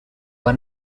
were